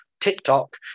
TikTok